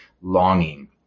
longing